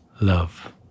love